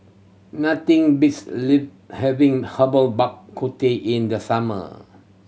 nothing beats having Herbal Bak Ku Teh in the summer